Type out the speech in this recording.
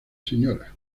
señora